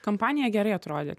kampanija gerai atrodė